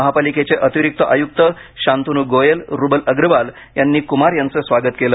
महापालिकेचे अतिरिक्त आयुक्त शांतन् गोयल रुबल अग्रवाल यांनी कुमार यांचं स्वागत केलं